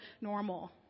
normal